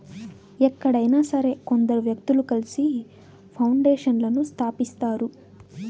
ఎక్కడైనా సరే కొందరు వ్యక్తులు కలిసి పౌండేషన్లను స్థాపిస్తారు